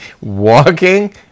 walking